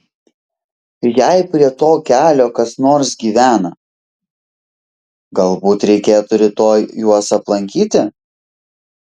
jei prie to kelio kas nors gyvena galbūt reikėtų rytoj juos aplankyti